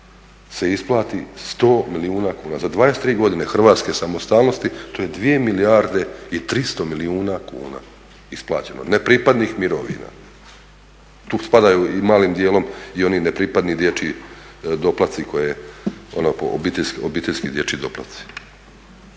se isplati 100 milijuna kuna. Za 23 godine Hrvatske samostalnosti to je 2 milijarde i 300 milijuna kuna isplaćeno nepripadnih mirovina. Tu spadaju i malim dijelom i oni nepripadni dječji doplatci koje ono, obiteljski dječji doplatci.